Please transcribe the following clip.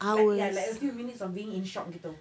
like ya like a few minutes of being in shock gitu